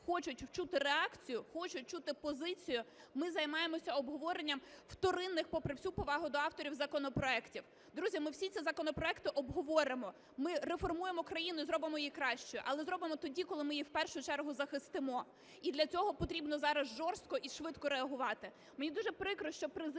хочуть чути реакцію, хочуть чути позицію, ми займаємось обговоренням вторинних, попри всю повагу до авторів, законопроектів. Друзі, ми всі ці законопроекти обговоримо, ми реформуємо країну і зробимо її кращою, але зробимо тоді, коли ми її в першу чергу захистимо. І для цього потрібно зараз жорстко і швидко реагувати.